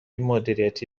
مدیریتی